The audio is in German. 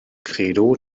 credo